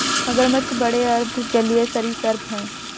मगरमच्छ बड़े अर्ध जलीय सरीसृप हैं